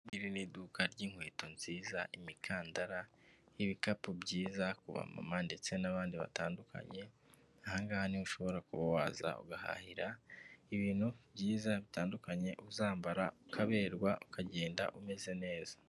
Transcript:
Iri ni iduka ry'inkweto nziza, imikandara, ibikapu byiza kuba mama ndetse n'abandi batandukanye, ahangaha ushobora kuba waza ugahahira ibintu byiza bitandukanye uzambara ukaberwa ukagenda umeze neza.